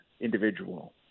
individual